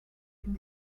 could